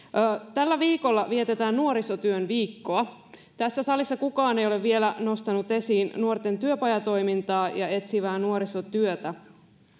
tällä viikolla vietetään nuorisotyön viikkoa tässä salissa kukaan ei ole vielä nostanut esiin nuorten työpajatoimintaa ja etsivää nuorisotyötä